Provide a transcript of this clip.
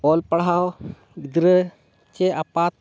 ᱚᱞ ᱯᱟᱲᱦᱟᱣ ᱜᱤᱫᱽᱨᱟᱹ ᱥᱮ ᱟᱯᱟᱛ